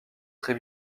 très